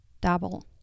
double